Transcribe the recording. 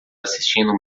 assistindo